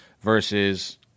versus